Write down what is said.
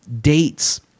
dates